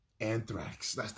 Anthrax